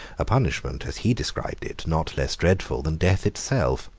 a punishment, as he described it, not less dreadful than death itself.